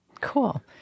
Cool